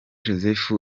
joseph